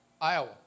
Iowa